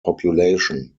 population